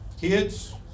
Kids